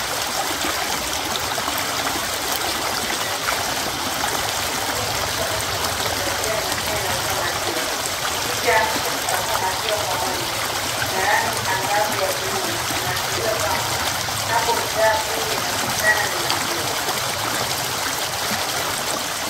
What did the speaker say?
Mashine inayouza maziwa, mashine imeandikwa MILK ATM kuashiria ni mashine inayotoa maziwa. Picha ya mtu akikamua maziwa kwa ng'ombe na rangi angavu ya bluu inaashiria kwamba hapo bidhaa kuu inayopatikana ni maziwa.